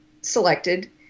selected